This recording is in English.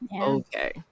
okay